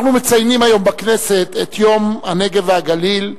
אנחנו מציינים היום בכנסת את יום הנגב והגליל,